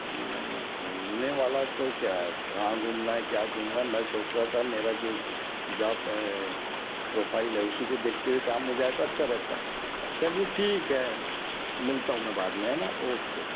नहीं न घूमने वाला है तो क्या है कहाँ घूमना है क्या घूमना है मैं सोच रहा था मेरा जो जॉब प्रोफ़ाइल है उसी को देखते हुए काम हो जाए तो अच्छा रहता चलिए ठीक है मिलता हूँ मैं बाद में है न ओके